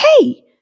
Hey